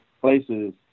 places